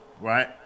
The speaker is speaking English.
right